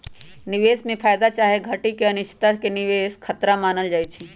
निवेश में फयदा चाहे घटि के अनिश्चितता के निवेश खतरा मानल जाइ छइ